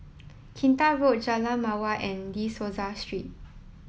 Kinta Road Jalan Mawar and De Souza Street